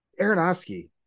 Aronofsky